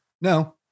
No